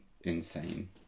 insane